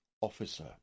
officer